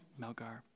Melgar